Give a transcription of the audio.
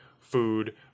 food